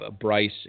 Bryce